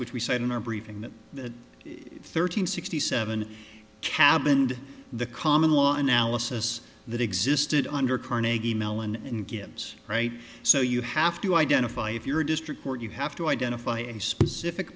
which we said in our briefing that the thirteenth sixty seven cabined the common law analysis that existed under carnegie mellon and gives right so you have to identify if you're a district court you have to identify a specific